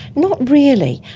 not really.